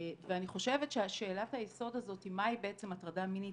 ואני חושבת ששאלת היסוד הזאת מהי בעצם הטרדה מינית